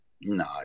no